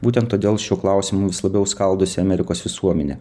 būtent todėl šiuo klausimu vis labiau skaldosi amerikos visuomenė